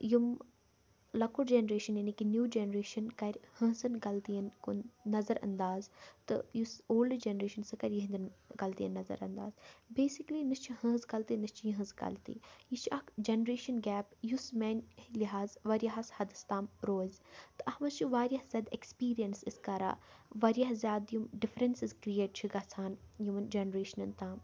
یِم لۄکُٹ جَنریشَن یعنی کہِ نِو جَنریشَن کَرِ ۂہنزَن غلطِیَن کُن نظر انداز تہٕ یُس اولڈٕ جَنریشَن سُہ کَرِ یِہٕنٛدٮ۪ن غلطِیَن نظر اَنداز بیسِکلی نہ چھِ ہٕہٕنٛز غلطی نہ چھِ یِہٕنٛز غلطی یہِ چھِ اَکھ جَنریشَن گیپ یُس میٛانہِ لِحاظ واریاہَس حَدَس تام روزِ تہٕ اَتھ منٛز چھِ واریاہ زیادٕ اٮ۪کٕسپیٖریَنٕس أسۍ کَران واریاہ زیادٕ یِم ڈِفرَنسِز کِرٛییٹ چھِ گژھان یِمَن جَنریشنَن تام